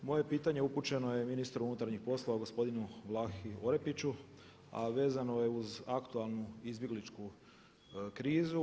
Moje pitanje upućeno je ministru unutarnjih poslova gospodinu Vlahi Orepiću a vezano je uz aktualnu izbjegličku krizu.